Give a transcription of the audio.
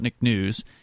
news